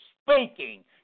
speaking